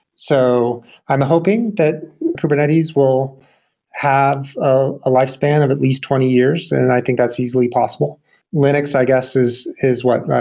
so i'm hoping that kubernetes will have a lifespan of at least twenty years, and i think that's easily possible linux, i guess is is what?